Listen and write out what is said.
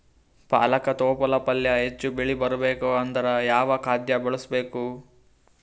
ಪಾಲಕ ತೊಪಲ ಪಲ್ಯ ಹೆಚ್ಚ ಬೆಳಿ ಬರಬೇಕು ಅಂದರ ಯಾವ ಖಾದ್ಯ ಬಳಸಬೇಕು?